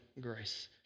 grace